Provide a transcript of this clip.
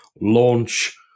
launch